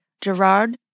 Gerard